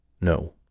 No